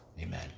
amen